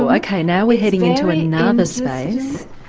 ok, now we're heading into and another space.